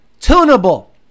tunable